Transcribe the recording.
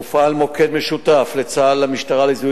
מופעל מוקד משותף לצה"ל ולמשטרה לזיהוי